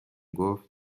گفت